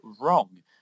wrong